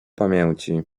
pamięci